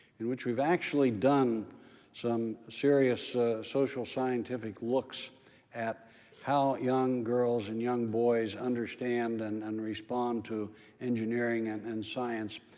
in which we've actually done some serious social scientific looks at how young girls and young boys understand and and respond to engineering and and science.